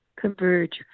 converge